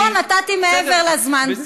נכון, נתתי מעבר לזמן.